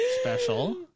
special